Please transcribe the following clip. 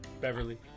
Beverly